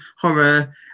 horror